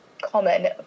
common